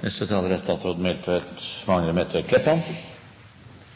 Berre nokre korte merknader frå mi side i samband med denne saka. Eg er